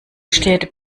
steht